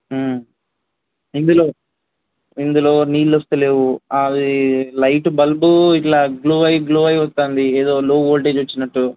ఇందులో ఇందులో నీళ్ళు వస్తలేవు అవి లైట్ బల్బు ఇలా గ్లో అయి గ్లో అయి వస్తోంది ఏదో లో వోల్టేజ్ వచ్చినట్టు